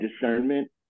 discernment